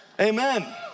Amen